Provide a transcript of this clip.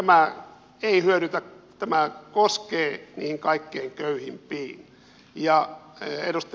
tämä ei hyödytä tämä koskee niihin kaikkein köyhim piin